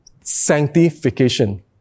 sanctification